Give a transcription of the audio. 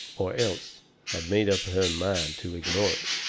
or else had made up her mind to ignore it.